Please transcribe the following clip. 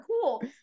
cool